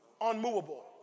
unmovable